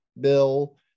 bill